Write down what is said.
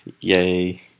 Yay